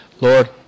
Lord